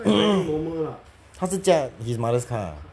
他是驾 his mother's car ah